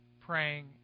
praying